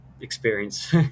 experience